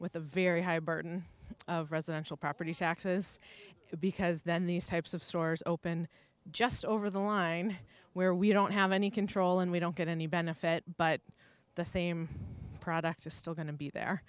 with a very high burden of residential property taxes because then these types of stores open just over the line where we don't have any control and we don't get any benefit but the same product is still going to be there